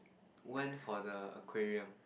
went for the Aquarium